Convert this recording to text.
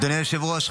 אדוני היושב-ראש,